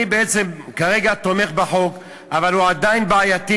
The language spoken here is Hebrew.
אני בעצם כרגע תומך בחוק, אבל הוא עדיין בעייתי.